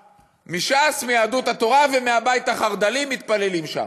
מש"ס, מיהדות התורה או מהבית החרד"לי מתפללים שם?